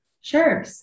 Sure